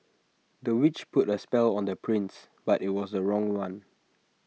the witch put A spell on the prince but IT was the wrong one